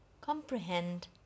Comprehend